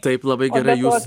taip labai gerai jūs